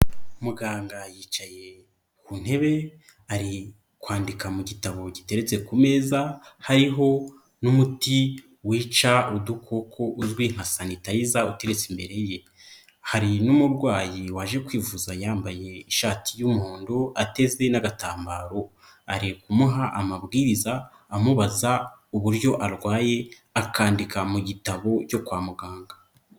Muganga yicaye ku ntebe ari kwandika mu gitabo giteretse ku meza hariho n'umuti wica udukoko uzwi nka sanitayiza uteretse imbere ye, hari n'umurwayi waje kwivuza yambaye ishati y'umuhondo, ateze n'agatambaro ari kumuha amabwiriza amubaza uburyo arwaye akandika mu gitabo cyo kwa muganga.